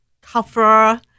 cover